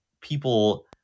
people